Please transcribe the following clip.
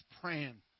praying